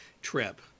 trip